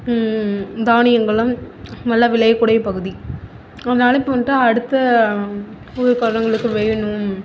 தானியங்களெலாம் நல்லா விளையக்கூடிய பகுதி அதனால் இப்போ வந்துட்டு அடுத்த ஊர்க்காரங்களுக்கு வேணும்